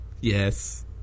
Yes